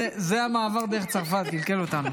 זה המעבר דרך צרפת קלקל אותנו.